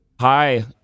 Hi